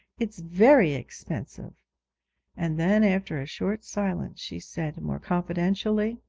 it's very expensive and then, after a short silence, she said more confidentially,